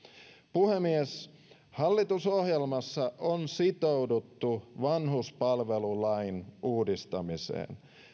puhemies hallitusohjelmassa on sitouduttu vanhuspalvelulain uudistamiseen